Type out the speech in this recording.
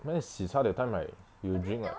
then 喜茶 that time like you drink like